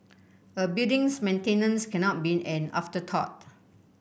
a building's maintenance cannot be an afterthought